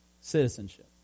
citizenship